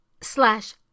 slash